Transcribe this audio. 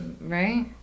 Right